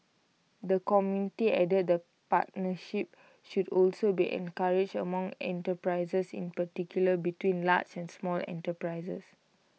the committee added that partnerships should also be encouraged among enterprises in particular between large and small enterprises